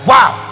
Wow